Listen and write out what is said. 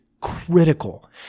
critical